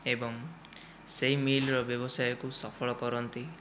ଏବଂ ସେହି ମିଲ୍ର ବ୍ୟବସାୟକୁ ସଫଳ କରନ୍ତି